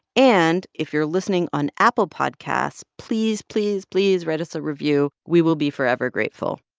and if you're listening on apple podcasts, please, please, please write us a review. we will be forever grateful